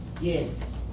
Yes